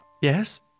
Yes